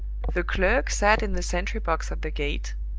the clerk sat in the sentry-box at the gate,